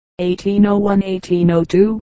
1801-1802